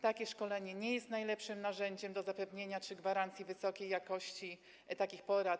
Takie szkolenie nie jest najlepszym narzędziem do zapewnienia, zagwarantowania wysokiej jakości takich porad.